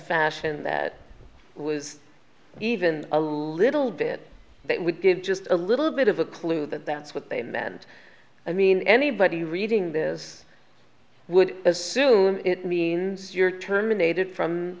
fashion that was even a little bit that would give just a little bit of a clue that that's what they meant i mean anybody reading this i would assume it means you're terminated from